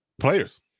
Players